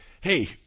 Hey